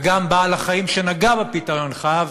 וגם בעל-החיים שנגע בפיתיון חייב